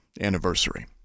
anniversary